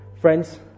friends